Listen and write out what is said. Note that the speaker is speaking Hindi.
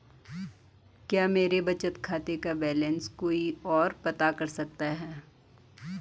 क्या मेरे बचत खाते का बैलेंस कोई ओर पता कर सकता है?